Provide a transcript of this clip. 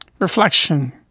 reflection